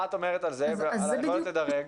מה את אומרת על היכולת לדרג?